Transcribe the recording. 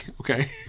okay